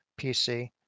pc